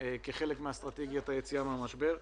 כחלק מאסטרטגיית היציאה מהמשבר.